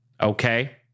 Okay